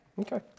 Okay